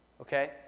Okay